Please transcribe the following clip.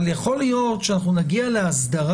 אבל יכול להיות שנגיע לאסדרה